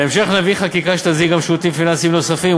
בהמשך נביא לכם חקיקה שתסדיר גם שירותים פיננסיים נוספים,